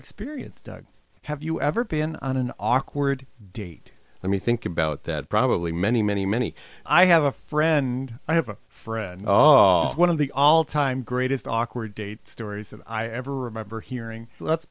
experienced doug have you ever been on an awkward date let me think about that probably many many many i have a friend i have a friend one of the all time greatest awkward date stories that i ever remember hearing let's